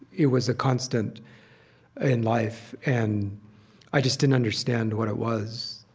it was a constant in life, and i just didn't understand what it was.